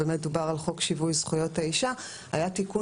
באמת דובר על חוק שיווי זכויות האישה והיה תיקון